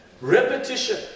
Repetition